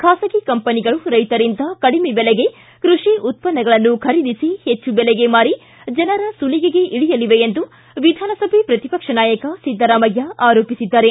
ಖಾಸಗಿ ಕಂಪನಿಗಳು ರೈತರಿಂದ ಕಡಿಮೆ ಬೆಲೆಗೆ ಕೃಷಿ ಉತ್ಪನ್ನಗಳನ್ನು ಖರೀದಿಸಿ ಹೆಚ್ಚು ಬೆಲೆಗೆ ಮಾರಿ ಜನರ ಸುಲಿಗೆಗೆ ಇಳಿಯಲಿವೆ ಎಂದು ವಿಧಾನಸಭೆ ಪ್ರತಿಪಕ್ಷ ನಾಯಕ ಸಿದ್ದರಾಮಯ್ಯ ಆರೋಪಿಸಿದ್ದಾರೆ